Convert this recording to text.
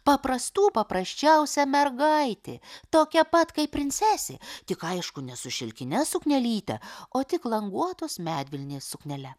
paprastų paprasčiausia mergaitė tokia pat kaip princesė tik aišku nesu šilkine suknelyte o tik languotos medvilnės suknele